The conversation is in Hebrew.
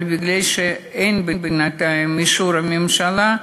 אבל מכיוון שאין בינתיים אישור ממשלה,